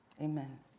amen